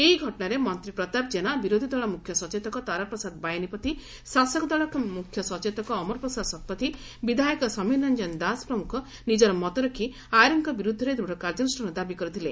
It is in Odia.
ଏହି ଘଟଣାରେ ମନ୍ତୀ ପ୍ରତାପ ଜେନା ବିରୋଧୀ ଦଳ ମୁଖ୍ୟସଚେତକ ତାରାପ୍ରସାଦ ବାହିନୀପତି ଶାସକ ଦଳ ମୁଖ୍ୟ ସଚେତକ ଅମର ପ୍ରସାଦ ଶତପଥୀ ବିଧାୟକ ସମୀର ରଂଜନ ଦାସ ପ୍ରମୁଖ ନିଜର ମତ ରଖି ଆୟାରଙ୍କ ବିରୁଦ୍ଧରେ ଦୂଢ କାର୍ଯ୍ୟାନୁଷ୍ଠାନ ଦାବି କରିଥିଲେ